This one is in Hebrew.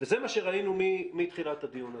וזה מה שראינו מתחילת הדיון הזה.